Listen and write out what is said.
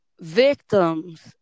victims